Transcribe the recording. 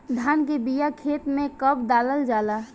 धान के बिया खेत में कब डालल जाला?